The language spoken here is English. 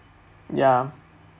ya